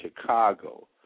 Chicago